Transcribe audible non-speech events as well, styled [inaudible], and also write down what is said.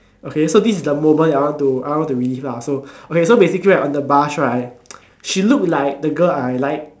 okay so this is the moment that I want to I want to relive lah so okay so basically right on the bus right [noise] she looked like the girl I like